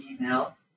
email